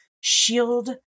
shield